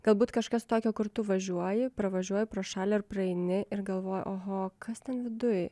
galbūt kažkas tokio kur tu važiuoji pravažiuoji pro šalį ar praeini ir galvoji oho kas ten viduj